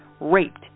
raped